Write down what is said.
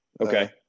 okay